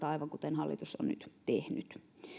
aivan kuten hallitus on nyt tehnyt